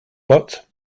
but